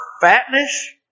fatness